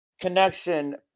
connection